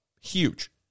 huge